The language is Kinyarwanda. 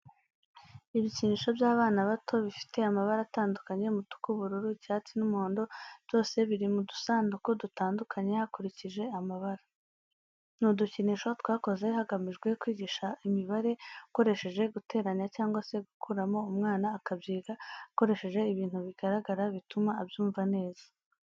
Ibikinisho by'abana bato bifite amabara atandukanye umutuku, ubururu, icyatsi n'umuhondo byose biri mu dusanduku dutandukanye hakurikije amabara. Ni udukinisho twakozwe hagamijwe kwigisha imibare ukoresheje guteranya cyangwa se gukuramo umwana akabyiga akoresheje ibintu bigaragara bituma abyumva neza.